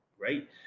right